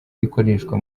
ikoreshwa